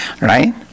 right